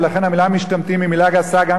ולכן המלה "משתמטים" היא מלה גסה גם